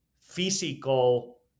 physical